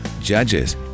Judges